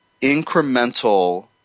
incremental